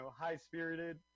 high-spirited